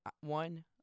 one